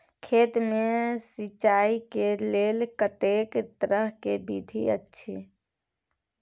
खेत मे सिंचाई के लेल कतेक तरह के विधी अछि?